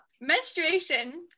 Menstruation